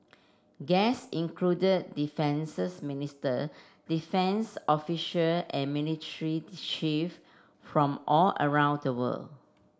guest included defences minister defence official and chief from all around the world